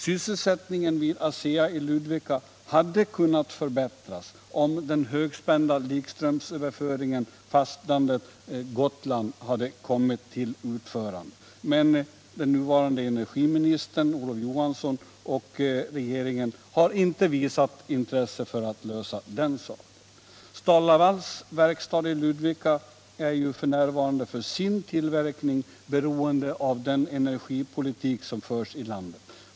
Sysselsättningen vid ASEA i Ludvika hade kunnat förbättras om den högspända likströmsöverföringen fastlandet-Gotland hade kommit till utförande. Men den nuvarande energiministern Olof Johansson och regeringen har inte visat intresse för att lösa det problemet. STAL-LAVAL:s verkstad i Ludvika är f. n. för sin tillverkning beroende av den energipolitik som förs i landet.